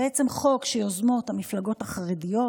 בעצם חוק שיוזמות המפלגות החרדיות,